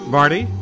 Marty